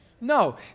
No